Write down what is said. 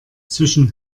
zwischen